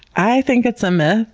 i think it's a myth.